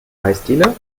eisdiele